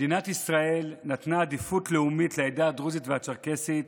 מדינת ישראל נתנה עדיפות לאומית לעדה הדרוזית והצ'רקסית,